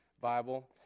Bible